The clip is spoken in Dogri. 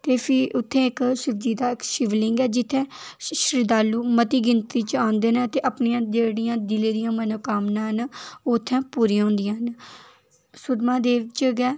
ते फ्ही उत्थें इक्क शिवजी दा इक्क शिवलिंग ऐ जित्थें शरधालु मती गिनतरी च आंदे न ते अपनियां जेह्ड़ियां दिलें दियां मनोकामनां न ओह् उत्थें पूरियां होंदियां न सुद्धमहादेव च गै